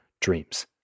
dreams